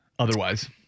Otherwise